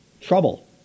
trouble